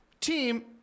team